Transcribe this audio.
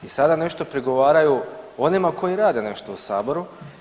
I sada nešto prigovaraju onima koji rade nešto u Saboru.